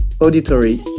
auditory